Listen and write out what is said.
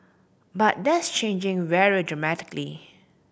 but that's changing very dramatically